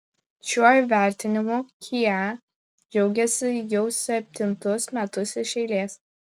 šiuo įvertinimu kia džiaugiasi jau septintus metus iš eilės